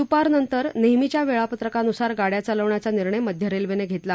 दुपारनंतर नेहमीच्या वेळापत्रकानुसार गाड्या चालवण्याचा निर्णय मध्य रेल्वेनं घेतला